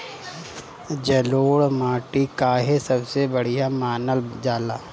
जलोड़ माटी काहे सबसे बढ़िया मानल जाला?